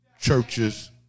churches